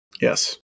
Yes